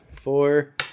Four